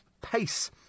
pace